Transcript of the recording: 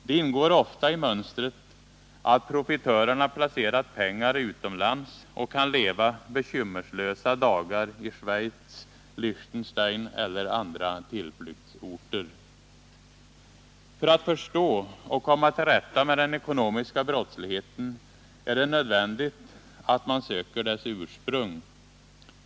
Det ingår ofta i mönstret att profitörerna placerat pengar utomlands och kan leva bekymmerslösa dagar i Schweiz, Liechtenstein eller andra tillflyktsorter. För att förstå och komma till rätta med den ekonomiska brottsligheten är det nödvändigt att man söker dess ursprung.